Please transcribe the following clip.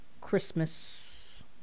Christmas